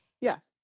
Yes